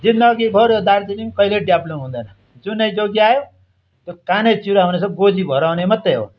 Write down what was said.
जिन्दगी भर दार्जिलिङ कहिले डेभलप हुँदैन जुनै जोगी आयो त्यो कानै चिरुवा भने जस्तो गोजी भराउने मात्रै हो